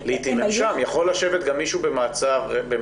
יכול לשבת גם מישהו במאסר.